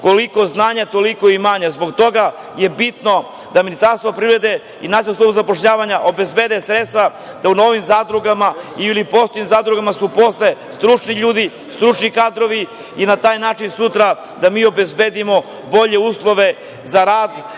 koliko znanja toliko imanja. Zbog toga je bitno da Ministarstvo privrede i Nacionalna služba za zapošljavanje obezbede sredstva da u novim zadrugama ili postojećim zadrugama se postave stručni ljudi, stručni kadrovi i na taj način sutra da mi obezbedimo bolje uslove za rad,